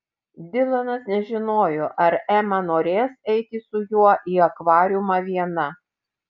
dilanas nežinojo ar ema norės eiti su juo į akvariumą viena